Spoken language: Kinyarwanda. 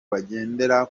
bagendera